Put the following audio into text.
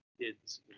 kids